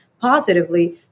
positively